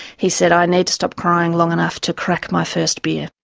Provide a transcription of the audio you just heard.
he said, i need to stop crying long enough to crack my first beer.